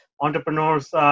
entrepreneurs